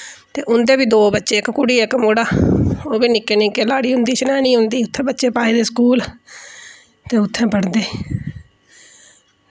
ते उं'दे बी दो बच्चे इक कुड़ी इक मुड़ा ओह् बी निक्के निक्के लाड़ी उं'दी चनैनी रौंह्दी उत्थै बच्चे पाए दे स्कूल ते उत्थै पढ़दे